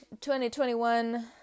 2021